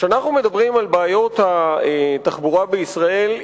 כשאנחנו מדברים על בעיות התחבורה בישראל,